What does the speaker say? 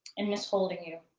and miss holding you.